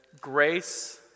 grace